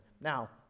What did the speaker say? Now